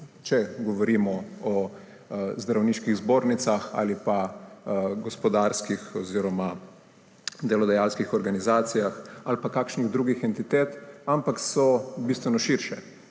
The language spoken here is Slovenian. če govorimo o zdravniških zbornicah ali gospodarskih oziroma delodajalskih organizacijah ali kakšnih drugih entitetah, ampak so bistveno širše.